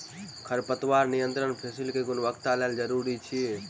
खरपतवार नियंत्रण फसील के गुणवत्ताक लेल जरूरी अछि